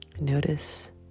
Notice